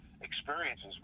experiences